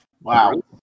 Wow